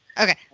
okay